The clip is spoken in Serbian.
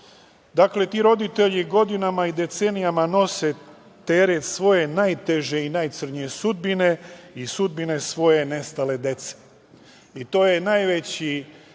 Dakle, ti roditelji godinama i decenijama nose teret svoje najteže i najcrnje sudbine i sudbine svoje nestale dece i to je najveći